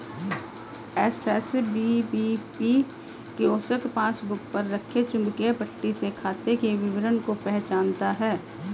SSPBP kiosk passbook पर रखे चुंबकीय पट्टी से खाते के विवरण को पहचानता है